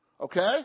Okay